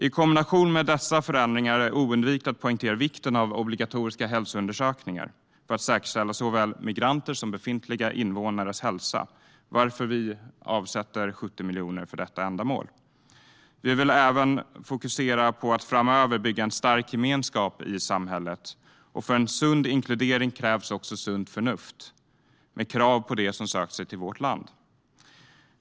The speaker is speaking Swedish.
I kombination med dessa förändringar är det oundvikligt att poängtera vikten av obligatoriska hälsoundersökningar för att säkerställa såväl migranters som befintliga invånares hälsa, varför vi avsätter 70 miljoner för detta ändamål. Vi vill även fokusera på att framöver bygga en stark gemenskap i samhället. För en sund inkludering krävs också sunt förnuft med krav på dem som söker sig till vårt land.